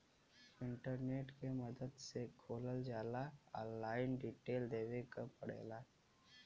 internet के मदद से खोलल जाला ऑनलाइन डिटेल देवे क पड़ेला